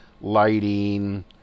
lighting